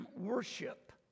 worship